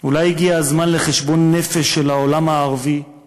אולי הגיע הזמן לחשבון נפש של העולם הערבי-אסלאמי?